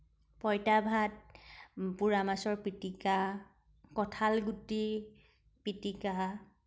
পইতা ভাত পুৰা মাছৰ পিতিকা কঠালগুটি পিতিকা